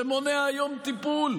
שמונע היום טיפול,